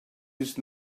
his